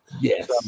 Yes